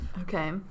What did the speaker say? Okay